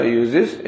uses